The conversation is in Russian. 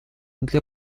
для